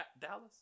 Dallas